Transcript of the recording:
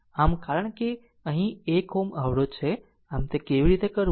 આમ કારણ કે અહીં 1 Ω અવરોધ છે આમ તે કેવી રીતે કરવું